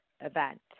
event